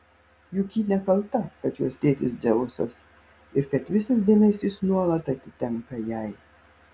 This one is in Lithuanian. juk ji nekalta kad jos tėtis dzeusas ir kad visas dėmesys nuolat atitenka jai